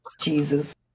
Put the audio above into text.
Jesus